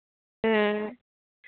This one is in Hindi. हाँ